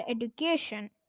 education